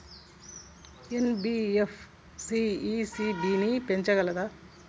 NBFC ECB ని పెంచగలదా?